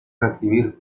recibir